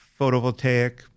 photovoltaic